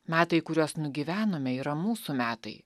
metai kuriuos nugyvenome yra mūsų metai